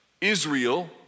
Israel